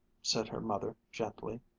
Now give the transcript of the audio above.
said her mother gently.